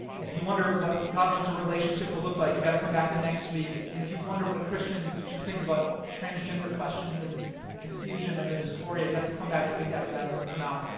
if you wonder what god wants a relationship to look like, you've got to come back the next week. and if you wonder what a christian should think about transgender questions and the confusion and the dysphoria, you have to come back the week after that. but for now,